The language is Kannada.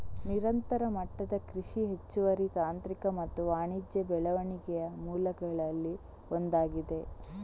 ನಿರಂತರ ಮಟ್ಟದ ಕೃಷಿ ಹೆಚ್ಚುವರಿ ತಾಂತ್ರಿಕ ಮತ್ತು ವಾಣಿಜ್ಯ ಬೆಳವಣಿಗೆಯ ಮೂಲಗಳಲ್ಲಿ ಒಂದಾಗಿದೆ